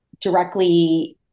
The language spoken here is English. directly